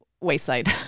wayside